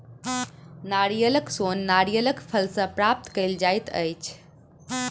नारियलक सोन नारियलक फल सॅ प्राप्त कयल जाइत अछि